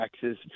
taxes